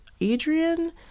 Adrian